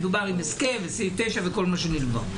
דובר על הסכם מכוח סעיף 9 וכל מה שנלווה לכך.